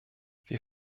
wir